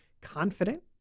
confident